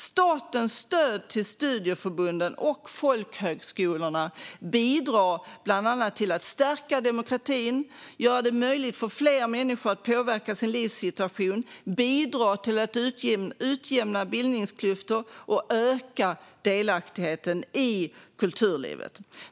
Statens stöd till studieförbunden och folkhögskolorna bidrar bland annat till att stärka demokratin, göra det möjligt för fler människor att påverka sin livssituation, utjämna bildningsklyftor och öka delaktigheten i kulturlivet.